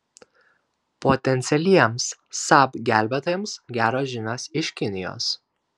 potencialiems saab gelbėtojams geros žinios iš kinijos